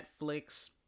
Netflix